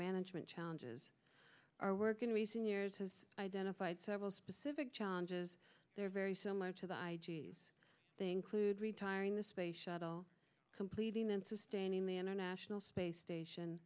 management challenges our work in recent years has identified several specific challenges they are very similar to the thing clued retiring the space shuttle completing and sustaining the international space station